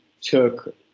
took